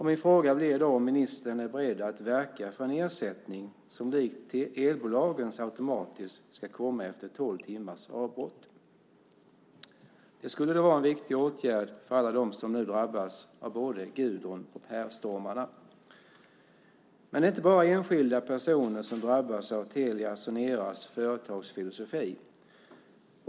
Min fråga blir då om ministern är beredd att verka för en ersättning som, likt från elbolagen, automatiskt ska komma efter tolv timmars avbrott. Det skulle vara en viktig åtgärd för alla dem som nu drabbats av både Gudrun och Perstormarna. Men det är inte bara enskilda personer som drabbas av Telia Soneras företagsfilosofi.